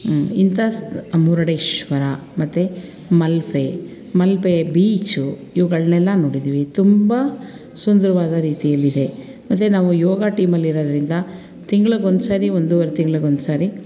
ಇಂಥ ಮುರುಡೇಶ್ವರ ಮತ್ತೆ ಮಲ್ಪೆ ಮಲ್ಪೆ ಬೀಚು ಇವುಗಳನ್ನೆಲ್ಲ ನೋಡಿದ್ದೀವಿ ತುಂಬ ಸುಂದರವಾದ ರೀತಿಯಲ್ಲಿದೆ ಅದೇ ನಾವು ಯೋಗ ಟೀಮಲ್ಲಿರೋದ್ರಿಂದ ತಿಂಗಳಿಗೊಂದ್ಸರಿ ಒಂದುವರೆ ತಿಂಗಳಿಗೊಂದ್ಸರಿ